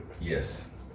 Yes